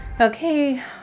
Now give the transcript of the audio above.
Okay